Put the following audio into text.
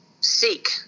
seek